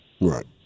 Right